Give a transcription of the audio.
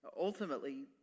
Ultimately